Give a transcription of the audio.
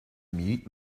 mute